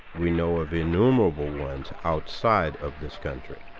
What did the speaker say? we know of enumerable ones outside of this country.